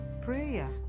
Prayer